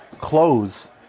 close